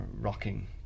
rocking